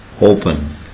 open